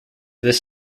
this